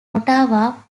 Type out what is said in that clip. ottawa